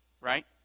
right